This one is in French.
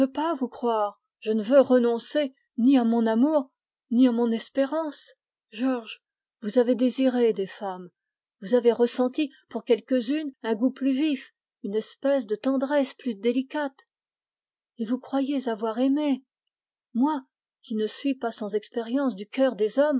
mais je ne peux pas vous croire georges vous avez désiré des femmes vous avez ressenti pour quelques-unes un goût plus vif une tendresse plus délicate et vous pensez avoir aimé moi qui ne suis pas sans expérience du cœur des hommes